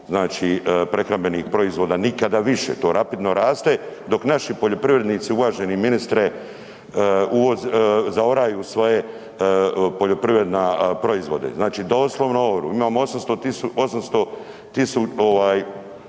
prehrambenih proizvoda, nikada više, to rapidno raste, dok naši poljoprivrednici uvaženi ministre zaoraju svoje poljoprivredne proizvode. Znači doslovno oru, imamo 800.000